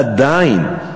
עדיין,